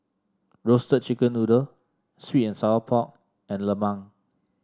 Roasted Chicken Noodle sweet and Sour Pork and lemang